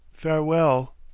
Farewell